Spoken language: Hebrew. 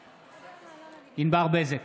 בעד ענבר בזק,